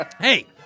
Hey